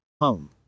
Home